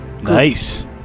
nice